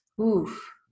oof